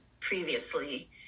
previously